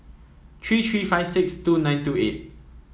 three three five six two nine two eight